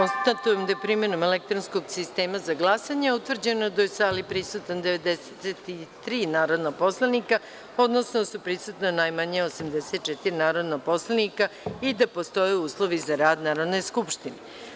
Konstatujem da je, primenom elektronskog sistema za glasanje, utvrđeno da su u sali prisutna 93 narodna poslanika, odnosno da su prisutna najmanje 84 narodna poslanika i da postoje uslovi za rad Narodne skupštine.